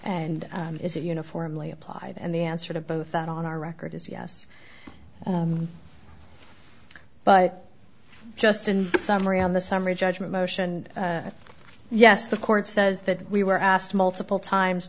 and is it uniformly applied and the answer to both out on our record is yes but just in summary on the summary judgment motion yes the court says that we were asked multiple times